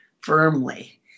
firmly